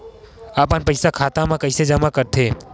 अपन पईसा खाता मा कइसे जमा कर थे?